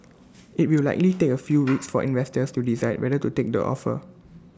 IT will likely take A few weeks for investors to decide whether to take the offer